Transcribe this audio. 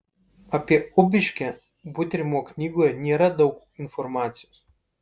apie ubiškę butrimo knygoje nėra daug informacijos